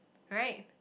right